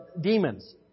demons